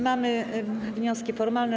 Mamy wnioski formalne.